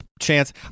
chance